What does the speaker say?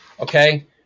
okay